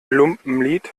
lumpenlied